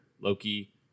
Loki